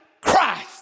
Christ